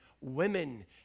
women